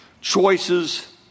choices